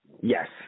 Yes